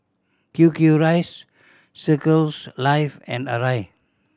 Q Q Rice Circles Life and Arai